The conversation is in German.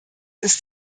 ist